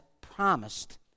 promised